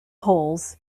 poles